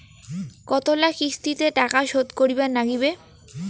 কতোলা কিস্তিতে টাকা শোধ করিবার নাগীবে?